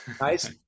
nice